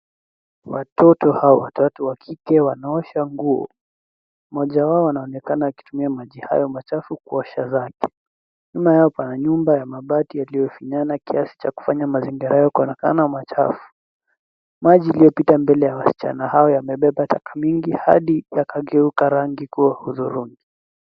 Watoto hawa watatu wa kike wanaosha nguo. Moja wao anaonekana akitumia maji hayo machafu kuosha raki. Nyuma yao pana nyumba ya mabati yaliyofinyana kiasi cha kufanya mazingira hayo kuonekana machafu . Maji iliyopita mbele ya wasichana hao yamebeba taka mingi, hadi yakageuka rangi kua hudhuringi.